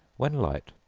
when light,